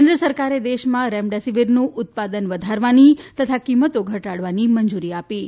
કેન્દ્ર સરકારે દેશમાં રેમડેસીવીરનું ઉપાદન વધારવાની તથા કિંમતો ઘટાડવાની મંજૂરી આપી છે